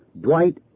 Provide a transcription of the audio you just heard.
Dwight